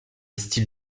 style